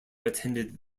attended